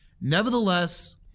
Nevertheless